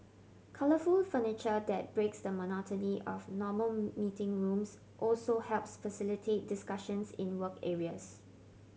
colourful furniture that breaks the monotony of normal meeting rooms also helps facilitate discussions in work areas